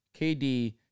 KD